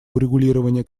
урегулирования